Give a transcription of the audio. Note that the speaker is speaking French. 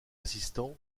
assistant